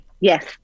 Yes